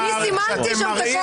אני סימנתי שם הכול.